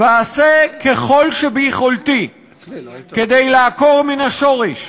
ואעשה ככל שביכולתי כדי לעקור מן השורש